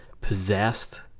possessed